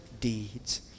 deeds